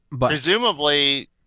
Presumably